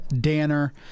Danner